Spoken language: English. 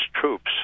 troops